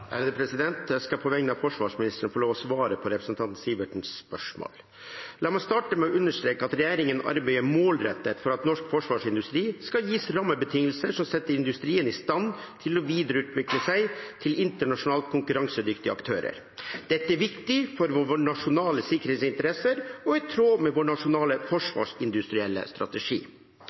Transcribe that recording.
Jeg skal på vegne av forsvarsministeren få lov til å svare på representanten Sivertsens spørsmål. La meg starte med å understreke at regjeringen arbeider målrettet for at norsk forsvarsindustri skal gis rammebetingelser som setter industrien i stand til å videreutvikle seg til internasjonalt konkurransedyktige aktører. Dette er viktig for våre nasjonale sikkerhetsinteresser og i tråd med vår nasjonale forsvarsindustrielle strategi.